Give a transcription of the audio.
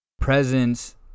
presence